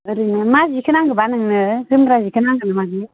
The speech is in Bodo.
ओरैनो मा सिखौ नांगो बा नोंनो जोमग्रा सिखौ नांगो ना मागौ